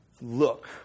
look